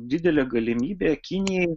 didelė galimybė kinijai